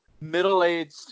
middle-aged